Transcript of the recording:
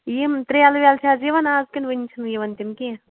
یِم ترٛیلہٕ ویٚلہٕ چھِو حظ یِوان اَز کِنہٕ وُنہِ چھِنہٕ یِوان تِم کیٚنٛہہ